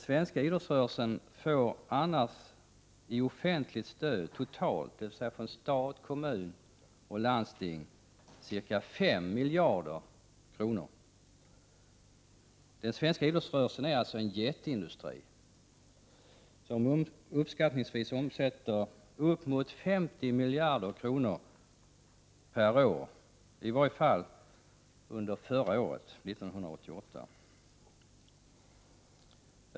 Den svenska idrottsrörelsen får annars totalt i offentligt stöd — dvs. från stat, kommun och landsting — ca 5 miljarder kronor. Den svenska idrottsrörelsen är alltså en jätteindustri, som uppskattningsvis omsätter upp emot 50 miljarder kronor per år, i vart fall under 1988.